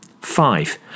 Five